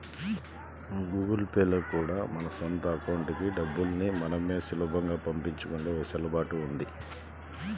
Google Pay లో కూడా మన సొంత అకౌంట్లకి డబ్బుల్ని మనమే సులభంగా పంపించుకునే వెసులుబాటు ఉంది